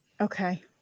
Okay